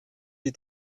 die